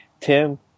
Tim